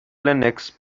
linux